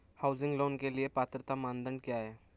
Housing loan के लिए पात्रता मानदंड क्या हैं?